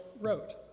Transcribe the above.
wrote